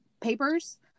papers